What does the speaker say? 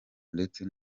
ndetse